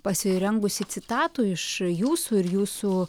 pasirengusi citatų iš jūsų ir jūsų